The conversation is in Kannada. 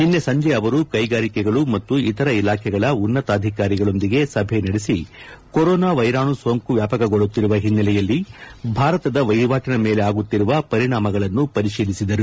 ನಿನ್ನೆ ಸಂಜೆ ಸಚಿವರು ಕೈಗಾರಿಕೆಗಳು ಮತ್ತು ಇತರ ಇಲಾಖೆಗಳ ಉನ್ನತಾಧಿಕಾರಿಗಳೊಂದಿಗೆ ಸಭೆ ನಡೆಸಿ ಕೊರೋನಾ ವ್ಲೆರಾಣು ಸೋಂಕು ವ್ಲಾಪಕಗೊಳ್ಳುತ್ತಿರುವ ಹಿನ್ನೆಲೆಯಲ್ಲಿ ಭಾರತದ ವಹಿವಾಟನ ಮೇಲೆ ಆಗುತ್ತಿರುವ ಪರಿಣಾಮಗಳನ್ನು ಪರಿಶೀಲಿಸಿದರು